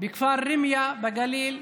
ובכפר רמיה בגליל,